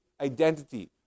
identity